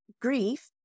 grief